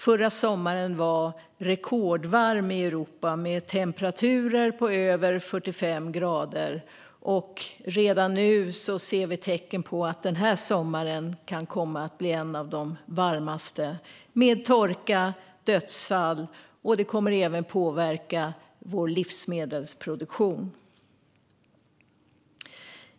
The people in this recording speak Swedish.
Förra sommaren var rekordvarm i Europa med temperaturer på över 45 grader, och redan nu ser vi tecken på att den här sommaren kan bli en av de varmaste, med torka och dödsfall. Det kommer även att påverka vår livsmedelsproduktion.